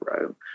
Rome